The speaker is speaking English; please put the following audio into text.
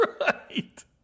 Right